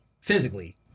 physically